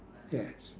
yes